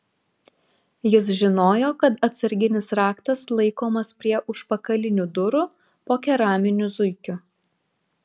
jis žinojo kad atsarginis raktas laikomas prie užpakalinių durų po keraminiu zuikiu